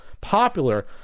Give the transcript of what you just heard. popular